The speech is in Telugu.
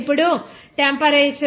ఇప్పుడు టెంపరేచర్